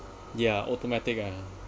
yeah automatic ah